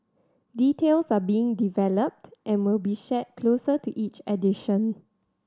details are being developed and will be shared closer to each edition